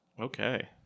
okay